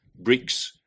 BRICS